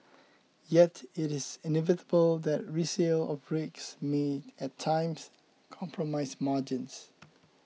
yet it is inevitable that resale of rigs may at times compromise margins